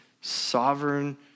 sovereign